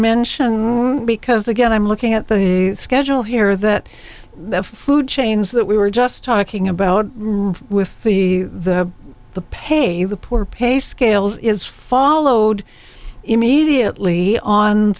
mention because again i'm looking at the schedule here that the food chains that we were just talking about with the the the pay the poor pay scales is followed immediately on